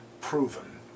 proven